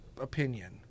opinion